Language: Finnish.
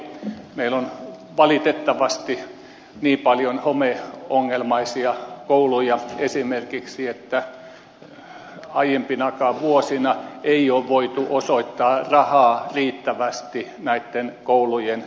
meillä on valitettavasti niin paljon homeongelmaisia kouluja esimerkiksi että aiempinakaan vuosina ei ole voitu osoittaa rahaa riittävästi näitten koulujen peruskorjaukseen